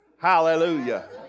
Hallelujah